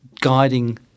guiding